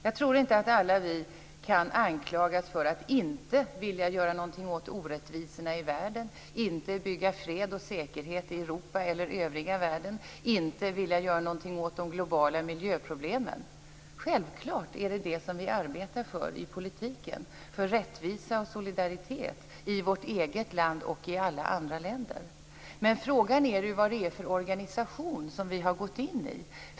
Jag tror inte att alla vi kan anklagas för att inte vilja göra någonting åt orättvisorna i världen, inte vilja bygga fred och säkerhet i Europa och övriga världen och inte vilja göra någonting åt de globala miljöproblemen. Självklart är det detta vi arbetar för i politiken: för rättvisa och solidaritet i vårt eget land och i alla andra länder. Men frågan är ju vad det är för organisation vi har gått in i.